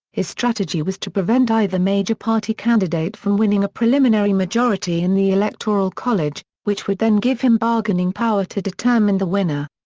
his strategy was to prevent either major party candidate from winning a preliminary majority in the electoral college, which would then give him bargaining power to determine the winner.